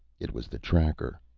it was the tracker.